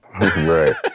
Right